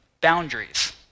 boundaries